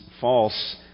false